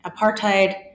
apartheid